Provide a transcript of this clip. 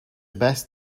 best